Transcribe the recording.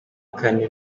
kane